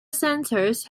centers